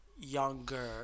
younger